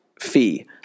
fee